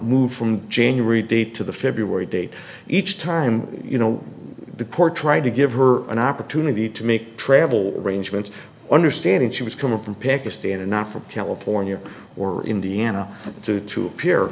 moved from january date to the february date each time you know the core tried to give her an opportunity to make travel arrangements understanding she was coming from pakistan and not from california or indiana to to appear